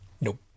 Nope